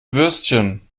würstchen